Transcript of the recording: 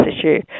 issue